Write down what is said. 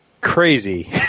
crazy